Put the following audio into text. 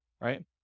Right